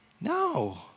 No